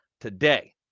today